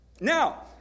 Now